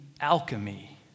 alchemy